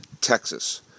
Texas